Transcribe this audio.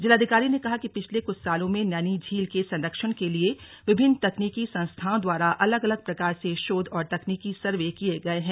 जिलाधिकारी ने कहा पिछले कुछ सालों में नैनीझील के संरक्षण के लिए विभिन्न तकनीकी संस्थाओं द्वारा अलग अलग प्रकार से शोध और तकनीकी सर्वे कार्य किये गये है